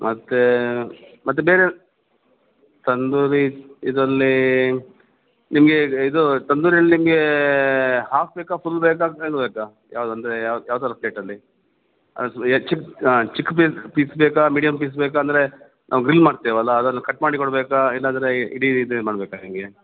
ಮತ್ತು ಮತ್ತು ಬೇರೆ ತಂದೂರಿ ಇದರಲ್ಲಿ ನಿಮಗೆ ಇದು ತಂದೂರಿಯಲ್ಲಿ ನಿಮಗೆ ಹಾಫ್ ಬೇಕ ಫುಲ್ ಬೇಕಾ ಬೇಕಾ ಯಾವ್ದು ಅಂದರೆ ಯಾವ್ದು ಯಾವ ಥರ ಪ್ಲೇಟಲ್ಲಿ ಅದು ಹೆಚ್ಚಿಕ್ ಚಿಕ್ಕ ಪೀಸ್ ಪೀಸ್ ಬೇಕಾ ಮಿಡಿಯಮ್ ಪೀಸ್ ಬೇಕಾ ಅಂದರೆ ನಾವು ಗ್ರಿಲ್ ಮಾಡ್ತೇವಲ್ಲ ಅದ್ರಲ್ಲಿ ಕಟ್ ಮಾಡಿ ಕೊಡಬೇಕಾ ಇಲ್ಲಂದರೆ ಇಡೀ ಇದೇ ಮಾಡಬೇಕಾ ಹೇಗೆ